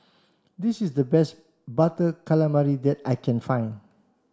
this is the best butter calamari that I can find